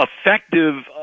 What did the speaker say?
effective